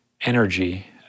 energy